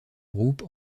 groupe